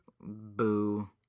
Boo